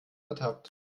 ertappt